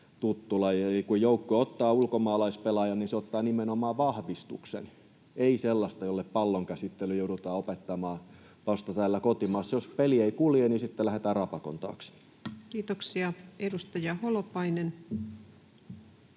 kun joukko ottaa ulkomaalaispelaajan, niin se ottaa nimenomaan vahvistuksen, ei sellaista, jolle pallonkäsittely joudutaan opettamaan vasta täällä kotimaassa. Jos peli ei kulje, niin sitten lähdetään rapakon taakse. [Speech 126] Speaker: